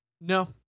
No